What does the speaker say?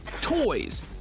toys